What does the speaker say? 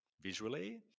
visually